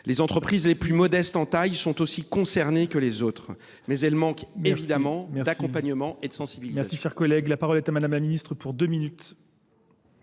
Les entreprises les plus modestes en taille sont aussi concernées que les autres, mais elles manquent évidemment d'accompagnement et de sensibilisation.